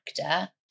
actor